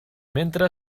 mentre